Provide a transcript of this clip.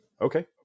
Okay